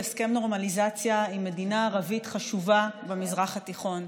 על הסכם נורמליזציה עם מדינה ערבית חשובה במזרח התיכון.